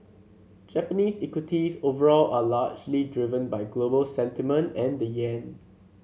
Japanese equities overall are largely driven by global sentiment and the yen